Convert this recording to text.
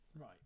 Right